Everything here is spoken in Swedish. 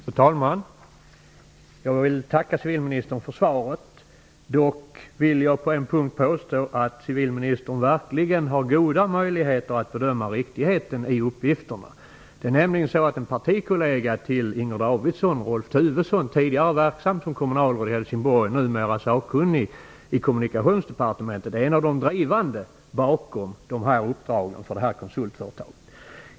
Fru talman! Jag vill tacka civilministern för svaret. Dock vill jag på en punkt påstå att civilministern verkligen har goda möjligheter att bedöma riktigheten i uppgifterna. Det är nämligen så att en partikollega till Inger Davidson, Rolf Tufvesson, tidigare verksam som kommunalråd i Helsingborg och numera sakkunnig i Kommunikationsdepartementet, är en av de drivande bakom uppdragen för konsultföretaget.